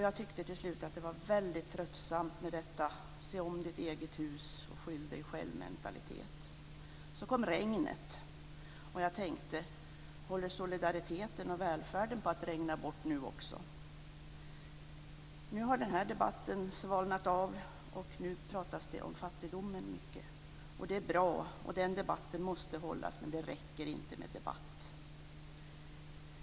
Jag tyckte till slut att det var väldigt tröttsamt med denna se-omditt-eget-hus och skyll-dig-själv-mentalitet. Så kom regnet, och jag tänkte: Håller solidariteten och välfärden på att regna bort också? Nu har den debatten svalnat av, och nu talas det mycket om fattigdomen. Det är bra, och den debatten måste hållas, men det räcker inte med debatt.